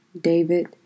David